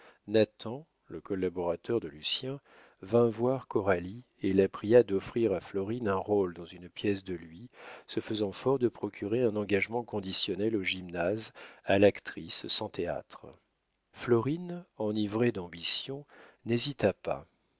nathan le collaborateur de lucien vint voir coralie et la pria d'offrir à florine un rôle dans une pièce de lui se faisant fort de procurer un engagement conditionnel au gymnase à l'actrice sans théâtre florine enivrée d'ambition n'hésita pas